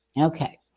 Okay